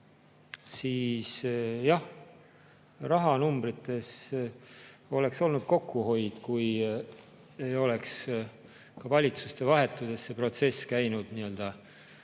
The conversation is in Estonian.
siis jah, rahanumbrites oleks olnud kokkuhoid, kui ei oleks ka valitsuste vahetudes see protsess käinud nii-öelda